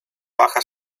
baja